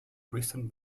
written